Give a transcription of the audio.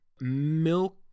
Milk